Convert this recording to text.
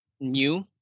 new